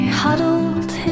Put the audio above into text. huddled